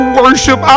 worship